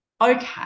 okay